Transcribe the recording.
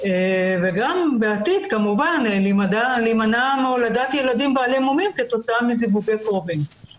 וגם בעתיד כמובן להימנע מהולדת ילדים בעלי מומים כתוצאה מזיווגי קרובים.